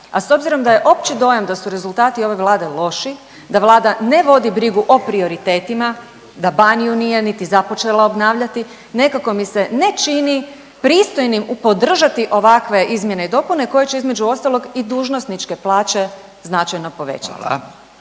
a s obzirom da je opći dojam da su rezultati ove Vlade loši, da Vlada ne vodi brigu o prioritetima, da Baniju nije niti započela obnavljati, nekako mi se ne čini pristojnim u podržati ovakve izmjene i dopune, koje će između ostalog i dužnosničke plaće značajno povećati.